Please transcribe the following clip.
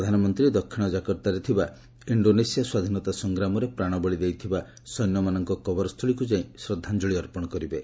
ପ୍ରଧାନମନ୍ତ୍ରୀ ଦକ୍ଷିଣ ଜାକର୍ତ୍ତାରେ ଥିବା ଇଣ୍ଡୋନେସିଆ ସ୍ୱାଧୀନତା ସଂଗ୍ରାମରେ ପ୍ରାଶବଳୀ ଦେଇଥିବା ସୈନ୍ୟମାନଙ୍କ କବରସ୍ଥଳୀକୁ ଯାଇ ଶ୍ରଦ୍ଧାଞ୍ଜଳୀ ଅର୍ପଣ କରିବେ